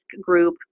group